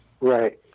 Right